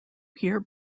here